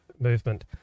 Movement